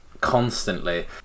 constantly